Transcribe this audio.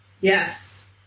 yes